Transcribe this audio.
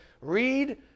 read